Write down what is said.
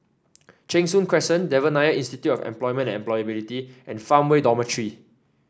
Cheng Soon Crescent Devan Nair Institute of Employment Employability and Farmway Dormitory